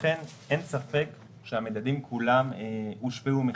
לכן, אין ספק שהמדדים כולם הושפעו מכך.